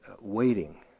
waiting